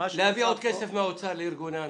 להביא עוד כסף מהאוצר לארגוני הנוער.